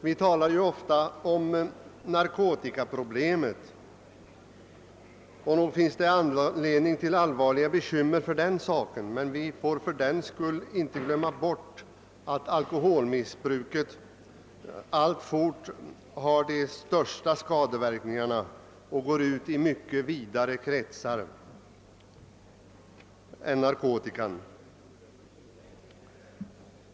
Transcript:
Vi talar ofta om narkotikaproblemet, och visst finns det anledning att hysa allvarliga bekymmer för det, men fördenskull får vi inte glömma att alkoholmissbruket alltjämt medför de största skadeverkningarna och når ut i mycket vidare kretsar än narkotika.